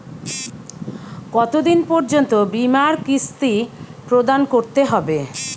কতো দিন পর্যন্ত বিমার কিস্তি প্রদান করতে হবে?